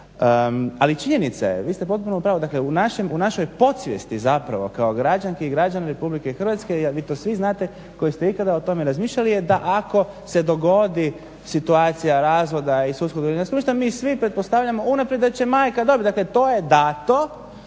Ali činjenica je, vi ste potpuno u pravu, u našoj podsvijesti zapravo kao građanki i građana Republike Hrvatske jer vi to svi znate koji ste ikada o tome razmišljali je da ako se dogodi situacija razvoda i … mi svi pretpostavljamo unaprijed da će majka, dobro dakle to je dato,